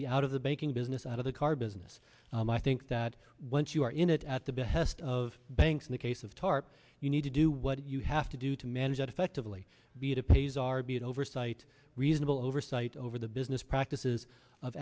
be out of the banking business out of the car business and i think that once you are in it at the behest of banks in the case of tarp you need to do what you have to do to manage that effectively be to pay as argued oversight reasonable oversight over the business practices of